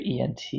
ENT